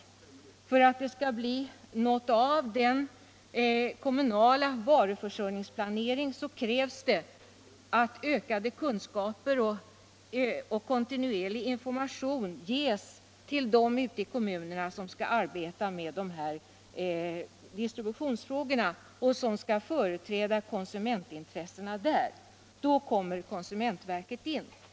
Och för att Onsdagen den det skall bli något av den kommunala varuförsörjningsplaneringen krävs 26 maj 1976 det ökade kunskaper, och det krävs att kontinuerlig information ges till. dem ute i kommunerna som skall arbeta med distributionsfrågorna och Organisation av det där företräda konsumentintressena. Och där kommer konsumentverket — nya konsumentverin i bilden.